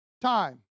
time